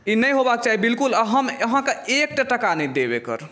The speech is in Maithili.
ई नहि होयबाक चाही बिल्कुल हम आहाँके एकटा टाका नहि देब एकर